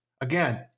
again